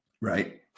Right